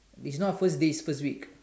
it's not first day it's first week